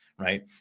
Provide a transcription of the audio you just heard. Right